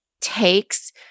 takes